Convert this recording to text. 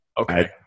Okay